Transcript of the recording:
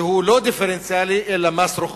שהוא לא דיפרנציאלי אלא מס רוחבי.